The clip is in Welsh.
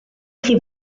chi